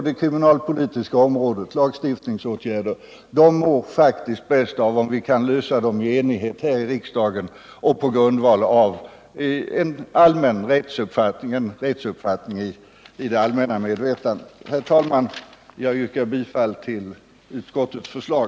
Det är faktiskt bäst om lagstiftningsåtgärderna på det kriminalpolitiska området kan beslutas i enighet här i riksdagen på grundval av samstämmighet i det allmänna rättsmedvetandet. Herr talman! Jag yrkar bifall till utskottets förslag.